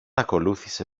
ακολούθησε